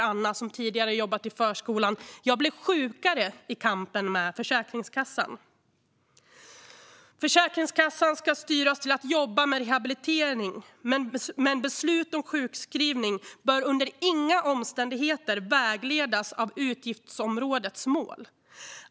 Anna, som tidigare jobbat i förskolan, skriver att hon blev sjukare i kampen med Försäkringskassan. Försäkringskassan ska styras till att jobba med rehabilitering, men beslut om sjukskrivning bör under inga omständigheter vägledas av utgiftsområdets mål.